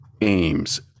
AIMS